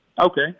Okay